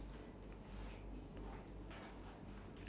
then the story would like completely be pointless